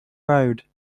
road